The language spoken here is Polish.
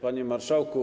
Panie Marszałku!